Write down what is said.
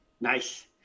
Nice